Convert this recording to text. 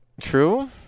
True